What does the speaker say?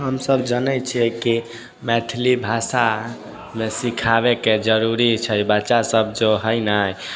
हमसब जनै छियै कि मैथिली भाषा सिखावैके जरुरी छै बच्चा सब जो हइ ने